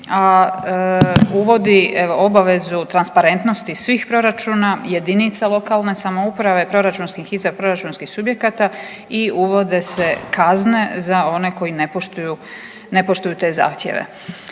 evo obavezu transparentnosti svih proračuna jedinica lokalne samouprave, proračunskih …/nerazumljivo/… proračunskih subjekata i uvode se kazne za one koji ne poštuju, ne poštuju